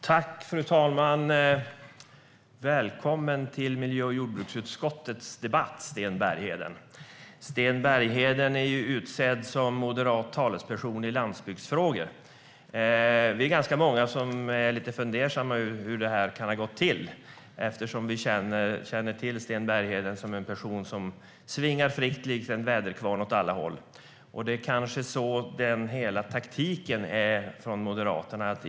Fru talman! Välkommen till miljö och jordbruksutskottets debatt, Sten Bergheden! Sten Bergheden är utsedd till moderat talesperson i landsbygdsfrågor. Vi är många som är fundersamma över hur det har gått till eftersom vi känner Sten Bergheden som en person som svingar fritt likt en väderkvarn åt alla håll. Det är kanske så taktiken är från Moderaternas sida.